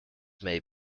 may